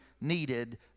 needed